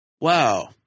Wow